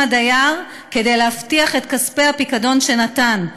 הדייר כדי להבטיח את כספי הפיקדון שנתן.